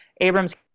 Abrams